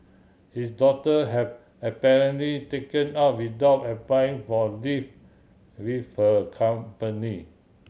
his daughter had apparently taken off without applying for leave with her company